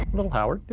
little howard, yeah,